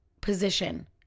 position